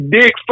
dick